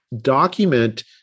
document